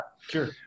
sure